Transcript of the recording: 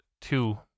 two